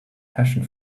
passion